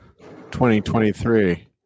2023